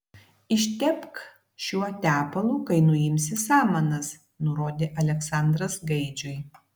ištepk šiuo tepalu kai nuimsi samanas nurodė aleksandras gaidžiui